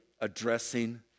addressing